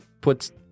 puts